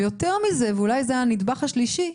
יותר מזה, ואולי זה הנדבך השלישי: